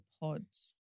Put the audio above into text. pods